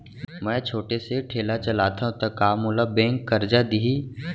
मैं छोटे से ठेला चलाथव त का मोला बैंक करजा दिही?